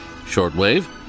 shortwave